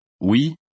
oui